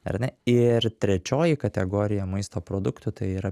ar ne ir trečioji kategorija maisto produktų tai yra